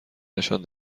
نشان